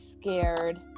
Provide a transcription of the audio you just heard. scared